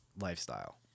lifestyle